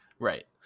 Right